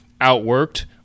outworked